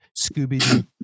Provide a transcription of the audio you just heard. scooby